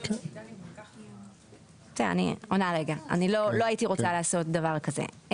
אני לא הייתי רוצה לעשות דבר כזה.